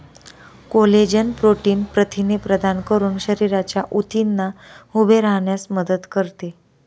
collagen protein प्रथिने प्रदान करून शरीराच्या ऊतींना उभे राहण्यास मदत करते